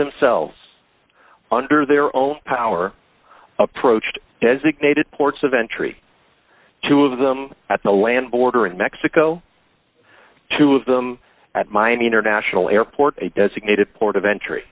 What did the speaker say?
themselves under their own power approached designated ports of entry two of them at the land border in mexico two of them at miami international airport a designated port of entry